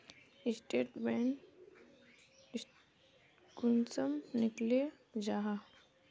Statement कुंसम निकले जाहा?